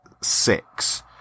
six